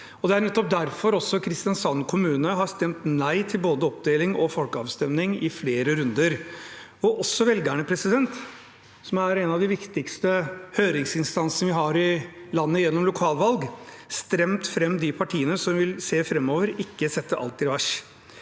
nettopp derfor Kristiansand kommune har stemt nei til både oppdeling og folkeavstemning i flere runder. Også velgerne, som er en av de viktigste høringsinstansene vi har i landet, har gjennom lokalvalg stemt fram de partiene som vil se framover, ikke sette alt i revers.